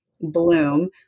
bloom